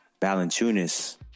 Balanchunas